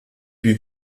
wie